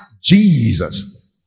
jesus